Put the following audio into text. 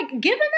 giving